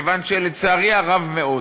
כיוון שלצערי הרב מאוד,